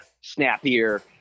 snappier